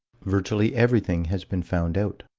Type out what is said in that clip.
virtually everything has been found out.